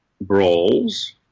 brawls